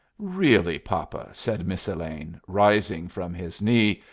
really, papa, said miss elaine, rising from his knee,